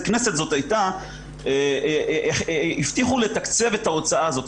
כנסת זו הייתה הבטיחו לתקצב את ההוצאה הזאת,